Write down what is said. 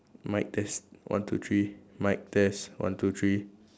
mic test one two three mic test one two three